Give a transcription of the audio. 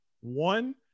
one